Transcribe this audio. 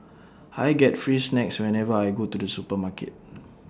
I get free snacks whenever I go to the supermarket